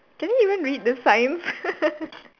can you even read the signs